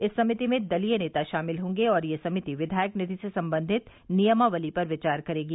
इस समिति में दलीय नेता शामिल होंगे और यह समिति विधायक निधि से संबंधित नियमावली पर विचार करेगी